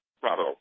bravo